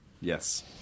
Yes